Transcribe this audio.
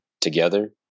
together